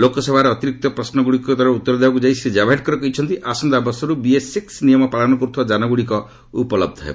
ଲୋକସଭାରେ ଅତିରିକ୍ତ ପ୍ରଶ୍ନଗୁଡ଼ିକର ଉତ୍ତର ଦେବାକୁ ଯାଇ ଶ୍ରୀ ଜାବ୍ଡେକର କହିଛନ୍ତି ଆସନ୍ତାବର୍ଷରୁ ବିଏସ୍ ସିକୁ ନିୟମ ପାଳନ କର୍ତ୍ତିବା ଯାନଗୁଡ଼ିକ ଉପଲହ୍ଧ ହେବ